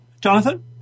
Jonathan